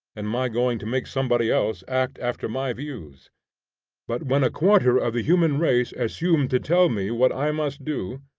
and my going to make somebody else act after my views but when a quarter of the human race assume to tell me what i must do,